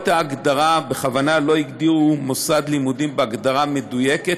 בכוונה לא הגדירו מוסד לימודים בהגדרה מדויקת.